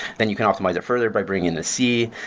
then you can optimize it further by bringing the c,